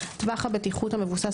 8.5 טווח הבטיחות (MOS - Margin of Safety) המבוסס